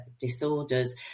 disorders